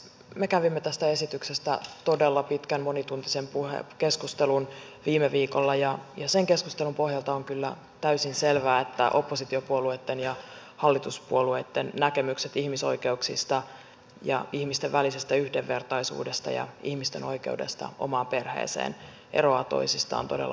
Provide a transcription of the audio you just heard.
me kävimme tästä esityksestä todella pitkän monituntisen keskustelun viime viikolla ja sen keskustelun pohjalta on kyllä täysin selvää että oppositiopuolueitten ja hallituspuolueitten näkemykset ihmisoikeuksista ja ihmisten välisestä yhdenvertaisuudesta ja ihmisten oikeudesta omaan perheeseen eroavat toisistaan todella fundamentaalilla tavalla